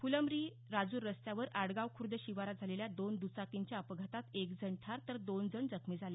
फुलंब्री राजूर रस्त्यावर आडगाव खुर्द शिवारात झालेल्या दोन दुचाकींच्या अपघातात एक जण ठार तर दोन जण जखमी झाले